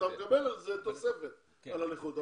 אתה מקבל תוספת על הנכות,